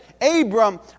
Abram